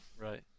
Right